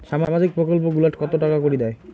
সামাজিক প্রকল্প গুলাট কত টাকা করি দেয়?